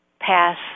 pass